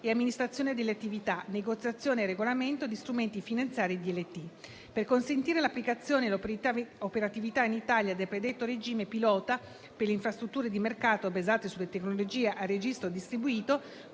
e amministrazione delle attività, negoziazione e regolamento di strumenti finanziari DLT. Per consentire l'applicazione e l'operatività in Italia del predetto regime pilota per le infrastrutture di mercato basate sulla tecnologia a registro distribuito,